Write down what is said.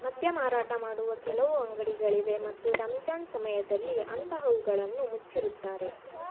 ಮದ್ಯ ಮಾರಾಟ ಮಾಡುವ ಕೆಲವು ಅಂಗಡಿಗಳಿವೆ ಮತ್ತು ರಂಜಾನ್ ಸಮಯದಲ್ಲಿ ಅಂತಹವುಗಳನ್ನು ಮುಚ್ಚಿರುತ್ತಾರೆ